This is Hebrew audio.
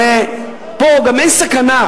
הרי פה גם אין סכנה,